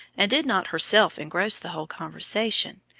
and did not herself engross the whole conversation,